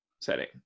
setting